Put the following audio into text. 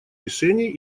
решений